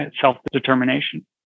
self-determination